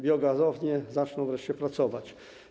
Biogazownie zaczną wreszcie pracować.